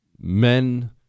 men